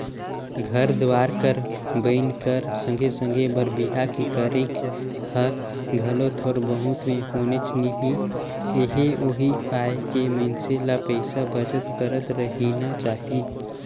घर दुवार कर बनई कर संघे संघे बर बिहा के करई हर घलो थोर बहुत में होनेच नी हे उहीं पाय के मइनसे ल पइसा बचत करत रहिना चाही